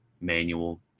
manual